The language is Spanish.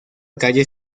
calle